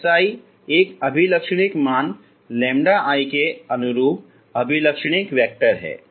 Xi एक अभिलक्षणिक मान λi के अनुरूप अभिलक्षणिक वेक्टर है